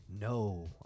No